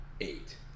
eight